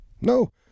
No